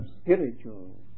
spiritual